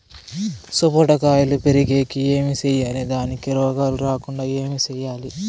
సపోట కాయలు పెరిగేకి ఏమి సేయాలి దానికి రోగాలు రాకుండా ఏమి సేయాలి?